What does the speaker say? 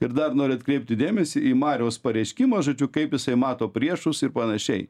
ir dar noriu atkreipti dėmesį į mariaus pareiškimą žodžiu kaip jisai mato priešus ir panašiai